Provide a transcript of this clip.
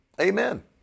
Amen